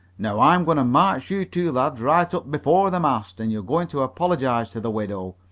now i'm going to march you two lads right up before the mast and you're going to apologize to the widow.